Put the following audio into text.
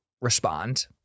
respond